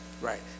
Right